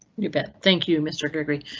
you bet thank you mr gregory.